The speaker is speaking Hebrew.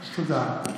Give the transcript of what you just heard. תודה.